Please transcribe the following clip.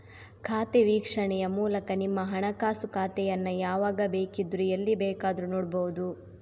ಖಾತೆ ವೀಕ್ಷಣೆಯ ಮೂಲಕ ನಿಮ್ಮ ಹಣಕಾಸು ಖಾತೆಯನ್ನ ಯಾವಾಗ ಬೇಕಿದ್ರೂ ಎಲ್ಲಿ ಬೇಕಾದ್ರೂ ನೋಡ್ಬಹುದು